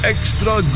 Extra